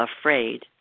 afraid